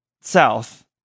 south